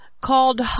called